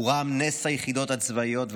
הורם נס היחידות הצבאיות,